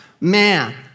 man